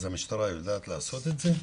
המשטרה יודעת לעשות את זה.